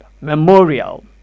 Memorial